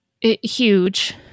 huge